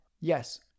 Yes